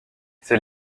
ces